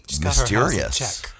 mysterious